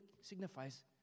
signifies